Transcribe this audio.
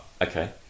okay